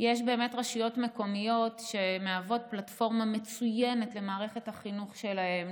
יש רשויות מקומיות שבאמת מהוות פלטפורמה מצוינת למערכת החינוך שלהן,